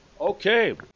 Okay